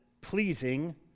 pleasing